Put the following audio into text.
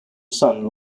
son